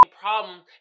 problems